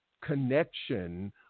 connection